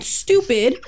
stupid